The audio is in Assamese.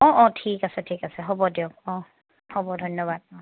অঁ অঁ ঠিক আছে ঠিক আছে হ'ব দিয়ক অঁ হ'ব ধন্যবাদ